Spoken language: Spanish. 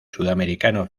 sudamericano